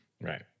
right